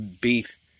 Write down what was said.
beef